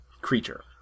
creature